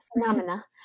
Phenomena